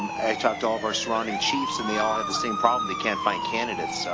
um i talked to all of our surrounding chiefs and they all have the same problem. they can't find candidates. so